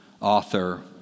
author